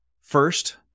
first